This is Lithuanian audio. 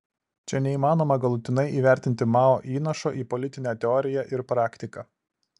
čia neįmanoma galutinai įvertinti mao įnašo į politinę teoriją ir praktiką